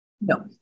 No